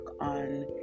on